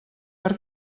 per